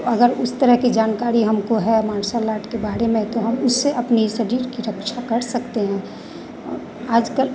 अगर उस तरह की जानकारी हमको है मार्सल आर्ट के बारे में तो हम उससे अपनी शरीर की रक्षा कर सकते हैं आज कल